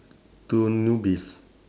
two newbies